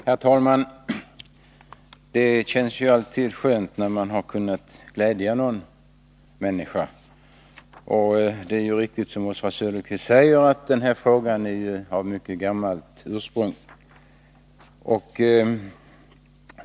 Herr talman! Det känns alltid skönt när man har kunnat glädja någon människa. Det är riktigt, som Oswald Söderqvist säger, att denna fråga är av mycket gammalt ursprung.